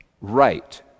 right